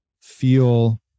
feel